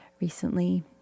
recently